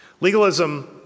Legalism